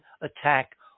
attack